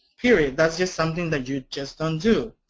period. that's just something that you just don't do.